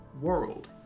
world